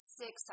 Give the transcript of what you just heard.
six